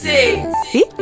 See